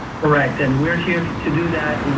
correct. and we're here to do that.